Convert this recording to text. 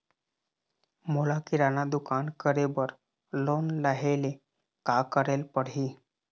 मोला किराना दुकान करे बर लोन लेहेले का करेले पड़ही?